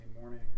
morning